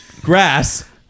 grass